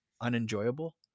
unenjoyable